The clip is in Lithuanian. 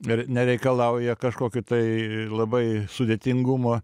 ri nereikalauja kažkokio tai labai sudėtingumo